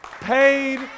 paid